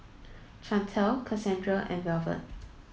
Chantelle Cassandra and Velvet